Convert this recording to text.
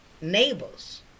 neighbors